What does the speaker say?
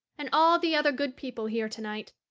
and all the other good people here tonight.